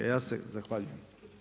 Ja se zahvaljujem.